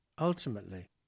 Ultimately